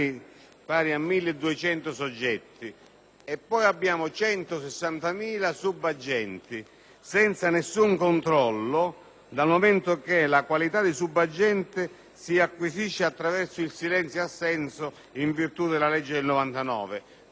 dal momento che la qualità di subagente si acquisisce attraverso il silenzio-assenso in virtù della legge del 1999. Su questo terreno dovremo intervenire, perché questo è un primo passo di regolamentazione e di controllo di questa